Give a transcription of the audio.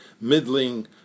middling